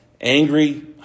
angry